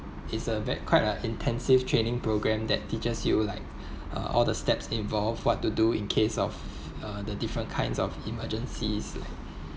it's a bad quite a intensive training program that teaches you like uh all the steps involve what to do in case of uh the different kinds of emergencies like